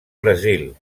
brasil